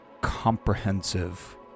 comprehensive